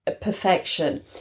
perfection